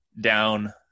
down